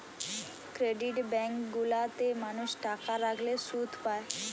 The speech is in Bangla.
ক্রেডিট বেঙ্ক গুলা তে মানুষ টাকা রাখলে শুধ পায়